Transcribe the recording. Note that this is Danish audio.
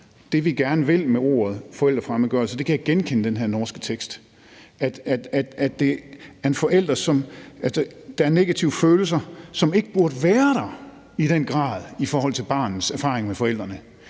Det, vi gerne vil med ordet forældrefremmedgørelse, kan jeg genkende i den her norske tekst, altså i forhold til at der er negative følelser hos en forælder, som ikke burde være der i den grad i forhold til barnets erfaring med forældrene.